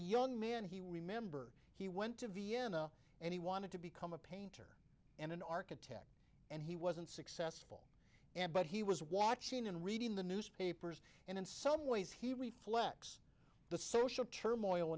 young man he remembered he went to vienna and he wanted to become a painter and an architect and he wasn't successful and but he was watching and reading the newspapers and in some ways he reflects the social turmoil